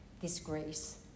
disgrace